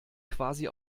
quasi